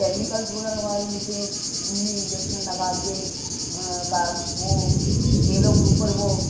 chemicals वगैरह वहाँ में मिलते हैं उनमें इंजेक्शन लगाके का वो केलों के ऊपर वो